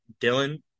Dylan